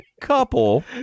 couple